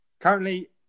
currently